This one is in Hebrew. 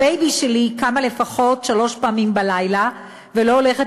הבייבי שלי קמה לפחות שלוש פעמים בלילה ולא הולכת